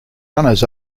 runners